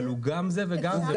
אבל הוא גם זה וגם זה.